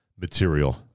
material